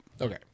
Okay